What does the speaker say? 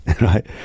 right